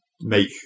make